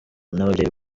n’ababyeyi